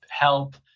help